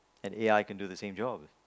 an A_I can do the same job